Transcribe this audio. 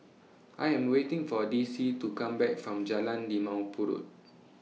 I Am waiting For Dicie to Come Back from Jalan Limau Purut